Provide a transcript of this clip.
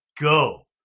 go